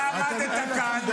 אתה מבין למה אתם יורדים בסקרים?